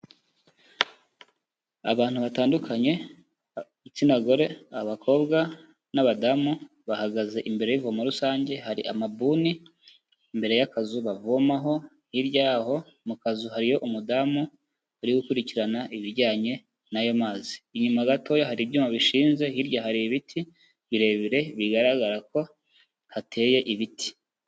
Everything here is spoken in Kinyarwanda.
Abantu batandukanye, igitsina gore abakobwa n'abadamu bahagaze imbere y'ivomo rusange, hari amabuni mbere y'akazu bavomaho hirya yaho mu kazu hariyo umudamu uri gukurikirana ibijyanye n'ayo mazi. Inyuma gatoya hari ibyuma bishinze, hirya hari ibiti birebire bigaragara ko hateye ibiti.